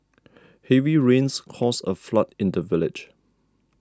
heavy rains caused a flood in the village